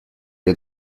les